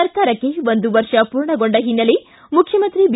ಸರ್ಕಾರಕ್ಕೆ ಒಂದು ವರ್ಷ ಪೂರ್ಣಗೊಂಡ ಹಿನ್ನೆಲೆ ಮುಖ್ಯಮಂತ್ರಿ ಬಿ